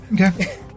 Okay